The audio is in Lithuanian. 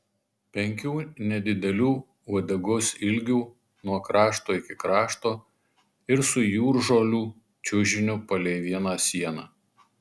penkių nedidelių uodegos ilgių nuo krašto iki krašto ir su jūržolių čiužiniu palei vieną sieną